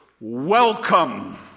welcome